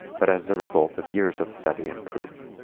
but as the result of years of study and proof.